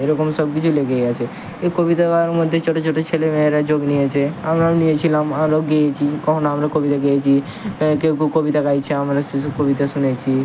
এরকম সব কিছু লেগেই আছে এ কবিতা মধ্যে ছোটো ছোটো ছেলে মেয়েরা যোগ নিয়েচে আমরাও নিয়েছিলাম আমরাও গেয়েছি কখনো আমরা কবিতা গেয়েছি এ কেউ কেউ কবিতা গাইছে আমরা সেসব কবিতা শুনেছি